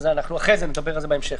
נדבר על זה בהמשך.